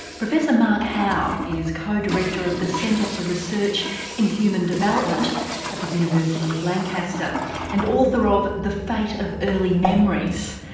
professor mark howe is co-director of the center for research in human development at the university of lancaster and author of the fate of early memories.